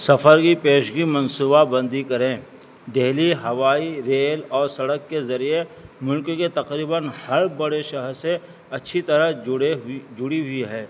سفر کی پیشگی منصوبہ بندی کریں دہلی ہوائی ریل اور سڑک کے ذریعے ملک کے تقریباً ہر بڑے شہر سے اچھی طرح جڑے ہوئی جڑی ہوئی ہے